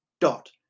dot